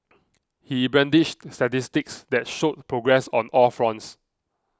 he brandished statistics that showed progress on all fronts